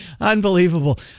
Unbelievable